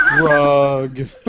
Rug